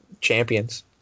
champions